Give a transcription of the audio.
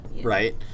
Right